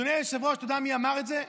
אדוני היושב-ראש, אתה יודע מי אמר את זה?